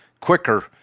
quicker